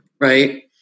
right